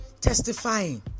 testifying